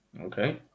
Okay